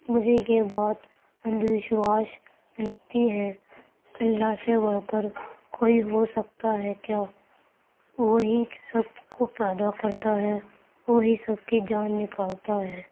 مجھے یہ بات اندھ وشواس لگتی ہے اللہ سے بڑھ کر کوئی ہوسکتا ہے کیا وہی سب کو پیدا کرتا ہے وہی سب کی جان نکالتا ہے